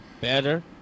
better